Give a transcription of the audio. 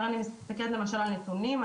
אני מסתכלת למשל על נתונים,